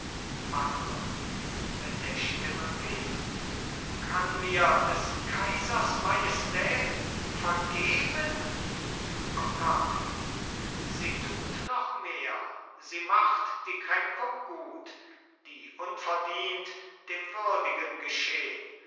buttler mit der stimme bebend kann mir des kaisers majestät vergeben octavio sie tut noch mehr sie macht die kränkung gut die unverdient dem würdigen geschehn